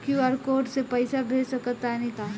QR code से पईसा भेज सक तानी का?